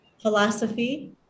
philosophy